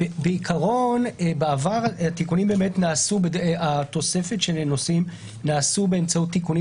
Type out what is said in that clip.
-- בעיקרון בעבר התוספת של נושאים נעשתה באמצעות תיקונים